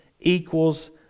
equals